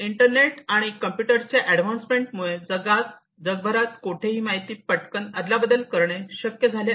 internet आणि कम्प्युटरच्या advancement मुळे जगभरात कोठेही माहिती पटकन अदलाबदल करणे हे शक्य झाले आहे